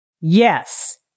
Yes